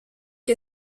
que